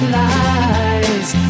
lies